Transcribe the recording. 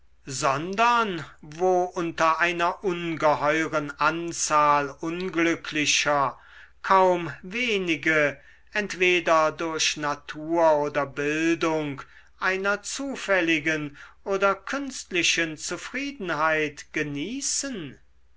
sondern wo unter einer ungeheuren anzahl unglücklicher kaum wenige entweder durch natur oder bildung einer zufälligen oder künstlichen zufriedenheit genießen